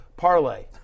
parlay